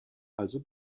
also